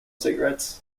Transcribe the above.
cigarettes